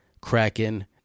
Kraken